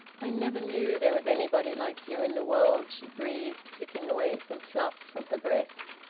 i never knew there was anybody like you in the world, she breathed, flicking away some fluff from her breast.